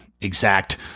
exact